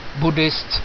Buddhist